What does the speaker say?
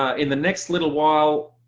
in the next little while,